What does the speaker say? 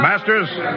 Masters